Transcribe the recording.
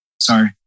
sorry